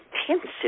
intensive